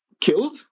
killed